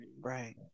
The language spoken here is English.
right